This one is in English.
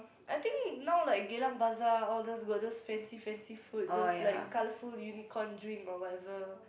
I think now like Geylang bazaar all those got those fancy fancy food those like colorful unicorn drink or whatever